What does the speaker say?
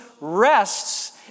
rests